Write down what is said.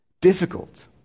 difficult